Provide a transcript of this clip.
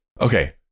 okay